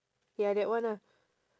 ya that one ah